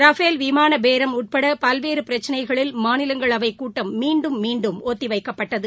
Rafale விமானப் பேரம் உட்பட பல்வேறு பிரச்சனைகளில் மாநிலங்களவை கூட்டம் மீண்டும மீண்டும் ஒத்தி வைக்கப்பட்டது